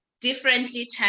differently